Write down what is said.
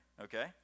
okay